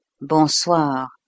Bonsoir